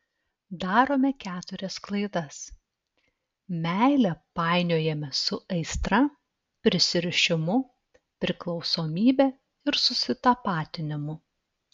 darome keturias klaidas meilę painiojame su aistra prisirišimu priklausomybe ir susitapatinimu